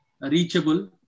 reachable